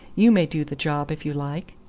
you may do the job if you like.